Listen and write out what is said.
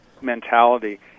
mentality